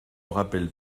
rappelle